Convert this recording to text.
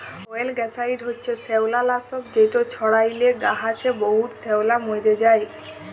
অয়েলগ্যাসাইড হছে শেওলালাসক যেট ছড়াইলে গাহাচে বহুত শেওলা মইরে যায়